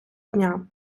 дня